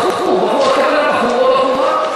בחור או בחורה,